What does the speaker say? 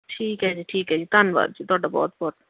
ਠੀਕ ਹੈ ਜੀ ਠੀਕ ਹੈ ਜੀ ਧੰਨਵਾਦ ਜੀ ਤੁਹਾਡਾ ਬਹੁਤ ਬਹੁਤ